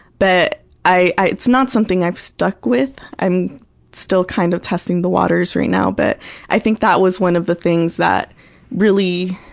but i i it's not something i've stuck with. i'm still kind of testing the waters right now, but i think that was one of the things that really,